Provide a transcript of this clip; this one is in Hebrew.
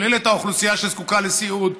כולל האוכלוסייה שזקוקה לסיעוד,